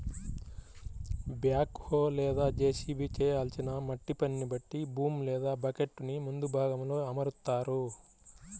back హో లేదా JCB చేయాల్సిన మట్టి పనిని బట్టి బూమ్ లేదా బకెట్టుని ముందు భాగంలో అమరుత్తారు